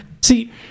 see